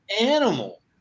animal